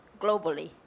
globally